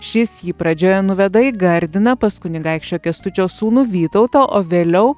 šis jį pradžioje nuveda į gardiną pas kunigaikščio kęstučio sūnų vytautą o vėliau